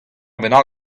bennak